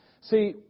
See